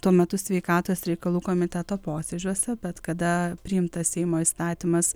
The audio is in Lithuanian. tuo metu sveikatos reikalų komiteto posėdžiuose bet kada priimtas seimo įstatymas